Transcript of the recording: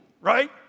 right